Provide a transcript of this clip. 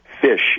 fish